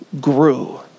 grew